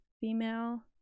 female